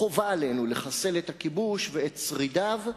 חובה עלינו לחסל את הכיבוש ואת שרידיו,